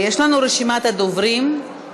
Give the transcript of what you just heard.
יש לנו רשימת דוברים: